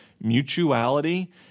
mutuality